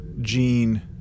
Gene